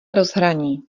rozhraní